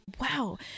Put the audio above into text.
wow